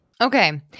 Okay